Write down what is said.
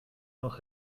noch